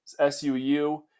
SUU